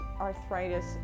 Arthritis